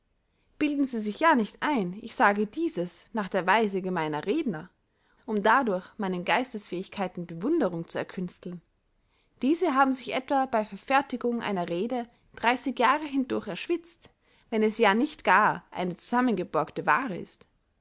bilden sie sich ja nicht ein ich sage dieses nach der weise gemeiner redner um dadurch meinen geistesfähigkeiten bewunderung zu erkünsteln diese haben sich etwa bey verfertigung einer rede dreyßig jahre hindurch erschwitzt wenn es ja nicht gar eine zusammengeborgte waare ist